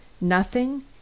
Nothing